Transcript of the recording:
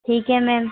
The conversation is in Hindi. ठीक है मेम